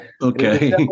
Okay